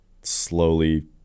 slowly